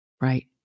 Right